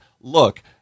look